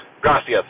gracias